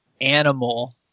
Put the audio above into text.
animal